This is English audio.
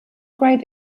great